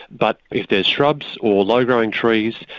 but if there are shrubs or low-growing trees,